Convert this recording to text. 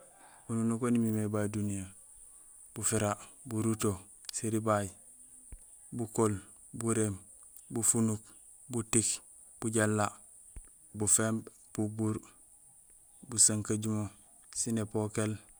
Ununuk waan imimé babé duniyee: bufira, buruto, éribay, bukool, buréém, bufunuk, butiik, bujééla, buféémb, bubuur, busankajumo sén épokéél.